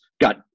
got